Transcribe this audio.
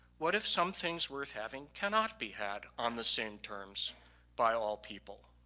what if some things worth having cannot be had on the same terms by all people?